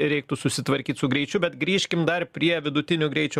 reiktų susitvarkyt su greičiu bet grįžkim dar prie vidutinių greičio